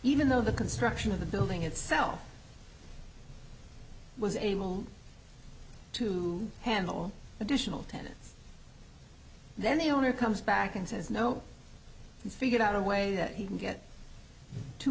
even though the construction of the building itself was able to handle additional tenants then the owner comes back and says no you figure out a way that he can get two